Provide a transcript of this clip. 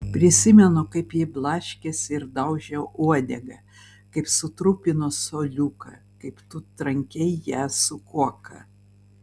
prisimenu kaip ji blaškėsi ir daužė uodegą kaip sutrupino suoliuką kaip tu trankei ją su kuoka